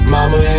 Mama